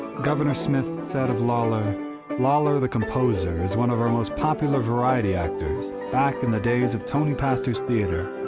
governor smith said of lawlor lawlor, the composer, is one of our most popular variety actors back in the days of tony pastor's theatre.